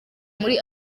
muri